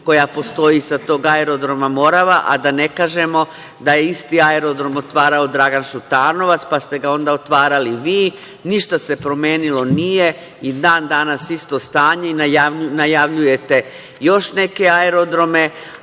koja postoji, sa tog aerodroma „Morava“, a da ne kažemo da je isti aerodrom otvarao Dragan Šutanovac, pa ste ga onda otvarali vi. Ništa se promenilo nije i dan danas isto stanje i najavljujete još neke aerodrome,